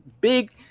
big